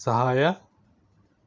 ಸಹಾಯ